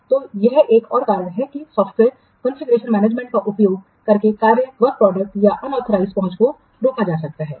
तो यह एक और कारण है कि सॉफ्टवेयर कॉन्फ़िगरेशनमैनेजमेंट का उपयोग करके कार्य उत्पाद पर अन ऑथराइज पहुंच को रोका जा सकता है